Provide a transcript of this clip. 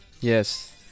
Yes